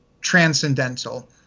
transcendental